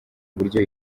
uburyo